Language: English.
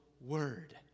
word